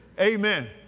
Amen